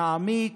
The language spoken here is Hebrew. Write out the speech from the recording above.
נעמיק,